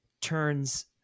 turns